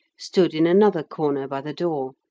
stood in another corner by the door,